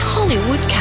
Hollywood